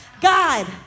God